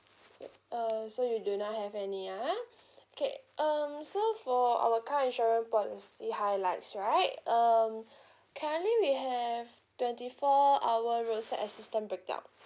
uh so you do not have any ah okay um so for our car insurance policy highlights right um currently we have twenty four hour roadside assistant breakdown